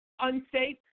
unsafe